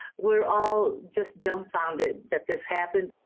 we're all just dumb founded that this happened.